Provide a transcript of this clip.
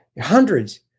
hundreds